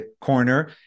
corner